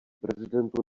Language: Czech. prezidentu